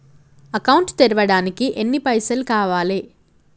Account తెరవడానికి ఎన్ని పైసల్ కావాలే?